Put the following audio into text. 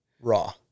raw